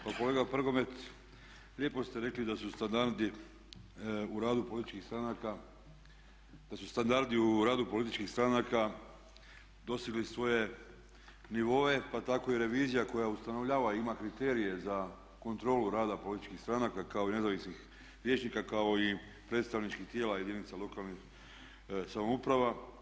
Pa kolega Prgomet lijepo ste rekli da su standardi u radu političkih stranaka, da su standardi u radu političkih stranaka dosegli svoje nivoe pa tako i revizija koja ustanovljava i ima kriterije za kontrolu rada političkih stranaka kao i nezavisnih liječnika, kao i predstavničkih tijela jedinica lokalnih samouprava.